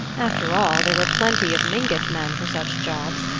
after all, there were plenty of mingott men for such jobs,